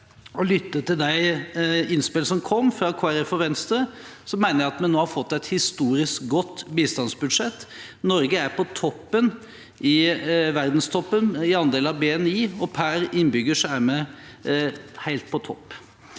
lytte til de innspill som kom fra Kristelig Folkeparti og Venstre, mener jeg at vi nå har fått et historisk godt bistandsbudsjett. Norge er på verdenstoppen i andel av BNI, og per innbygger er vi helt på topp.